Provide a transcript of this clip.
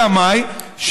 אלא מאי,